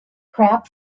crab